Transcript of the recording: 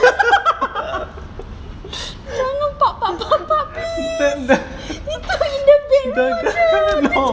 jangan please itu in the bedroom jer